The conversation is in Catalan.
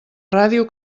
ràdio